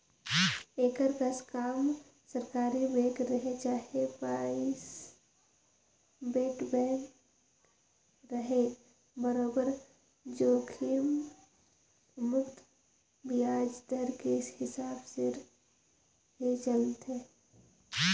एकर कस काम सरकारी बेंक रहें चाहे परइबेट बेंक रहे बरोबर जोखिम मुक्त बियाज दर के हिसाब से ही चलथे